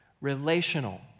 Relational